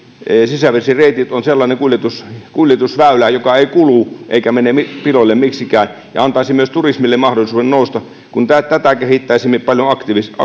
sisävesireitit on sellainen kuljetusväylä joka ei kulu eikä mene piloille miksikään ja joka antaisi myös turismille mahdollisuuden nousta kun tätä kehittäisimme paljon aktiivisemmin